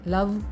Love